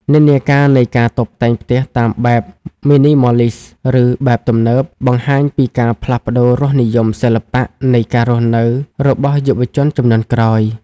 និន្នាការនៃការតុបតែងផ្ទះតាមបែប Minimalist ឬបែបទំនើប បង្ហាញពីការផ្លាស់ប្តូររសនិយមសិល្បៈនៃការរស់នៅរបស់យុវជនជំនាន់ក្រោយ។